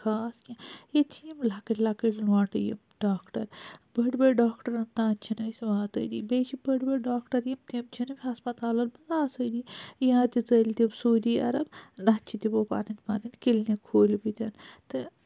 خاص کیٚنٛہہ ییٚتہِ چھِ یِم لَکٕٹۍ لَکٕٹۍ لونٛڈٕ یِم ڈاکٹَر بٔڑ بٔڑ ڈَاکٹَرَن تانۍ چھِنہٕ أسۍ واتٲنی بیٚیہ چھِ بٔڑ بٔڑ ڈاکٹَر یِم تِم چھِنہٕ ہَسپَتالَن منٛز آسٲنی یا تہٕ ژٔلۍ تِم سعودی عَرَب نہ تہٕ چھ تِمو پَنٕنۍ پَنٕنۍ کِلنِک کھولمٕتۍ تہٕ